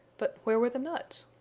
but where were the nuts?